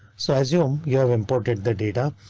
so i assume you have imported the data.